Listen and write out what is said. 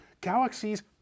galaxies